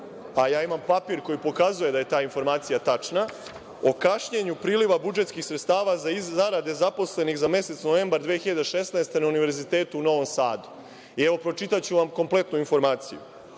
a ja imam papir koji pokazuje da je ta informacija tačna, o kašnjenju priliva budžetskih sredstava za zarade zaposlenih za mesec novembar 2016. godine na Univerzitetu u Novom Sadu? Evo, pročitaću vam kompletnu informaciju